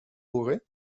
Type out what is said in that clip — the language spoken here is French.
auray